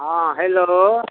हँ हेलो